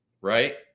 right